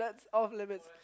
off limits